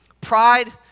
Pride